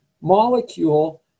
molecule